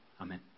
Amen